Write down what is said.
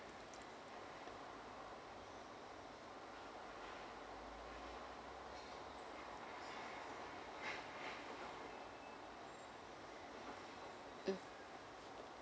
mm